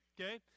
Okay